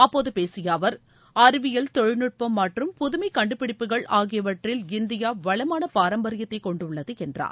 அப்போது பேசிய அவர் அறிவியல் தொழில்நுட்பம் மற்றும் புதுமைக் கண்டுபிடிப்புகள் ஆகியவற்றில் இந்தியா வளமான பாரம்பரியத்தை கொண்டுள்ளது என்றார்